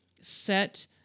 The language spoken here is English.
set